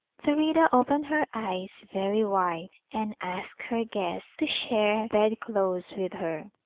thurida opened her eyes very wide, and asked her guest to share bed-clothes with her.